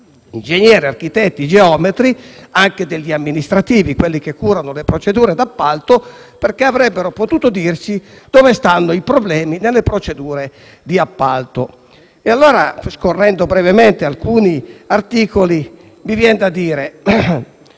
ingegneri, architetti, geometri e anche degli amministrativi - quelli che curano le procedure d'appalto - perché avrebbero potuto dirci dove si annidano i problemi nelle procedure di appalto. Scorrendo brevemente i testi di alcuni articoli, mi viene da dire